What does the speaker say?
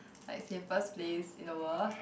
like safest place in the world